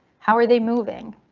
how are they moving?